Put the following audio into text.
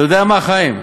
אתה יודע מה, חיים?